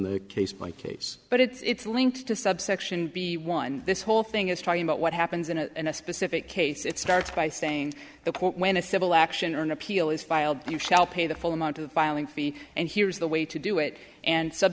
the case by case but it's linked to subsection b one this whole thing is talking about what happens in a specific case it starts by saying that when a civil action or an appeal is filed you shall pay the full amount of filing fee and here's the way to do it and s